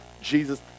Jesus